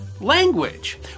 language